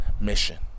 mission